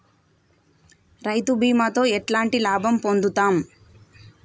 రైతు బీమాతో ఎట్లాంటి లాభం పొందుతం?